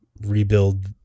rebuild